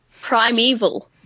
Primeval